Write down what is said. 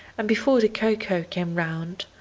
and before the cocoa came round.